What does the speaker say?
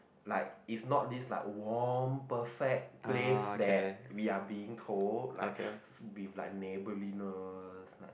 like if not this like warm perfect place that we are being told like be like neighbourliness